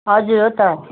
हजुर हो त